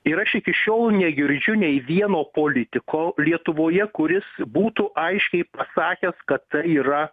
ir aš iki šiol negirdžiu nei vieno politiko lietuvoje kuris būtų aiškiai pasakęs kad tai yra